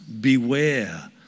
Beware